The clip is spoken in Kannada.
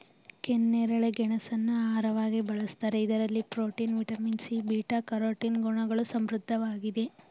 ಕೆನ್ನೇರಳೆ ಗೆಣಸನ್ನು ಆಹಾರವಾಗಿ ಬಳ್ಸತ್ತರೆ ಇದರಲ್ಲಿ protein, vitamin C, beta carotene ಗುಣಗಳು ಸಮೃದ್ಧವಾಗಿದೆ